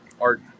art